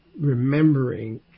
remembering